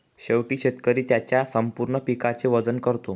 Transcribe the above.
शेवटी शेतकरी त्याच्या संपूर्ण पिकाचे वजन करतो